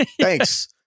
Thanks